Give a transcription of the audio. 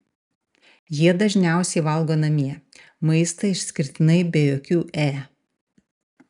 jie dažniausiai valgo namie maistą išskirtinai be jokių e